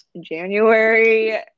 January